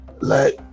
let